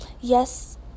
Yes